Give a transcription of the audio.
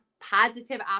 positive